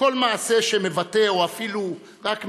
כל מעשה שמבטא, או אפילו רק מסמל,